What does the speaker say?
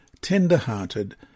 tender-hearted